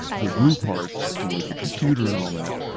the glue parts for the computer and all that,